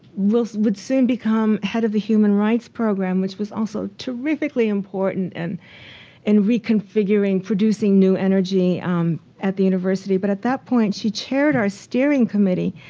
so would soon become head of the human rights program. which was also terrifically important and in reconfiguring, producing new energy um at the university. but at that point she chaired our steering committee.